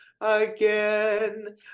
again